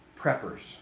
preppers